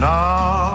now